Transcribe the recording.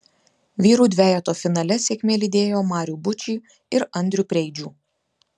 vyrų dvejeto finale sėkmė lydėjo marių bučį ir andrių preidžių